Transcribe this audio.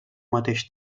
mateix